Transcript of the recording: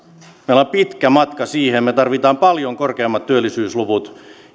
on pitkä matka siihen me tarvitsemme paljon korkeammat työllisyysluvut